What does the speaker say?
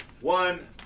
One